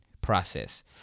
process